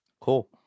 Cool